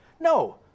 No